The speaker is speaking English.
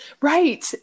Right